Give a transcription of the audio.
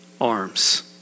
arms